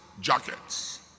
jackets